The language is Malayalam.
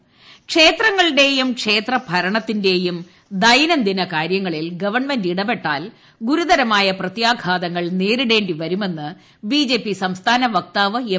ബിജെപി ക്ഷേത്രങ്ങളുടെയും ക്ഷേത്ര ഭരണത്തിന്റെയും ദൈനംദിന കാര്യങ്ങളിൽ ഗവൺമെന്റ് ഇടപെട്ടാൽ ശു്രൂർരമായ പ്രത്യാഘാതങ്ങൾ നേരിടേണ്ടി വരുമെന്ന് ബിജെപി സ്റ്റ്സ്മാന വക്താവ് എം